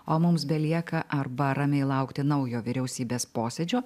o mums belieka arba ramiai laukti naujo vyriausybės posėdžio